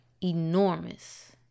enormous